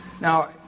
Now